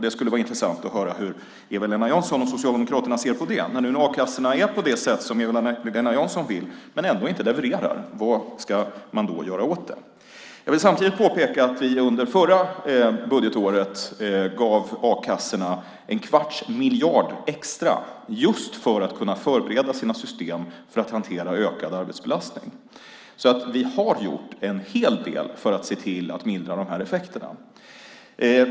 Det skulle vara intressant att höra hur Eva-Lena Jansson och Socialdemokraterna ser på det. När nu a-kassorna är på det sätt som Eva-Lena Jansson vill men ändå inte levererar, vad ska man då göra åt det? Jag vill samtidigt påpeka att vi under det förra budgetåret gav a-kassorna en kvarts miljard extra just för att kunna förbereda sina system för att hantera ökad arbetsbelastning. Vi har alltså gjort en hel del för att se till att mildra de här effekterna.